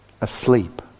asleep